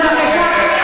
בבקשה,